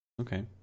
Okay